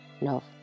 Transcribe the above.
Love